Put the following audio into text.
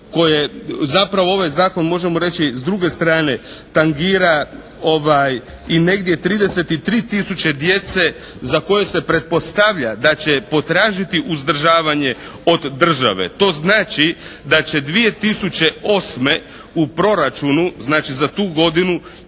koje, zapravo ovaj zakon možemo reći s druge strane tangira i negdje 33 tisuće djece za koje se pretpostavlja da će potražiti uzdržavanje od države. To znači da će 2008. u proračunu znači za tu godinu